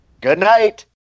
Goodnight